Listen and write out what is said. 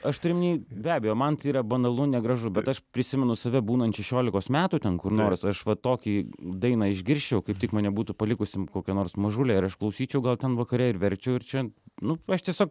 aš turiu omeny be abejo man tai yra banalu negražu bet aš prisimenu save būnant šešiolikos metų ten kur nors aš va tokį dainą išgirsčiau kaip tik mane būtų palikusi kokia nors mažulė ir aš klausyčiau gal ten vakare ir verkčiau ir čia nu aš tiesiog